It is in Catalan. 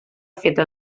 feta